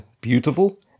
beautiful